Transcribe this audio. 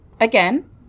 again